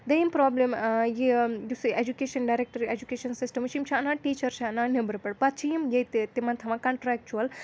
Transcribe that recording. دوٚیِم پرٛابلِم یہِ یُس یہِ اؠجوکیشَن ڈایرؠکٹَر اؠجوکیشَن سِسٹَم چھِ یِم چھِ اَنان ٹیٖچَر چھِ اَنان نیٚبرٕ پؠٹھ پَتہٟ چھِ یِم یِیٚتہِ تِمَن تھاوان کَنٹرٛیکچُوَل